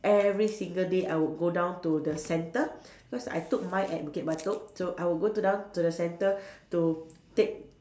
every single day I would go down to the centre cause I took mine at Bukit Batok so I will go to down to the centre to take